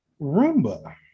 Roomba